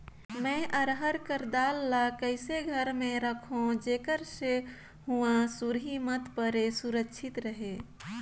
मैं अरहर कर दाल ला कइसे घर मे रखों जेकर से हुंआ सुरही मत परे सुरक्षित रहे?